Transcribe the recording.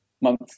month